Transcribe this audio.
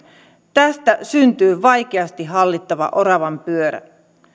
tästä syntyy vaikeasti hallittava oravanpyörä